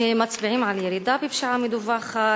שמצביעים על ירידה בפשיעה מדווחת,